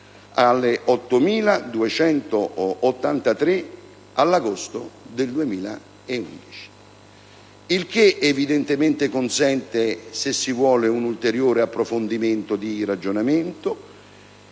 a 8.283 dell'agosto 2011. Il che, evidentemente, consente - se si vuole - un ulteriore approfondimento di ragionamento